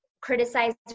criticized